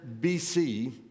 BC